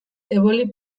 eboli